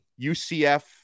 UCF